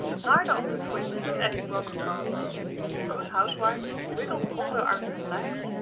neither of the twins had any broken bones the good housewives wiggled all their arms and legs,